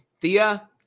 Thea